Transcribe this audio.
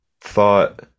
thought